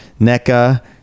NECA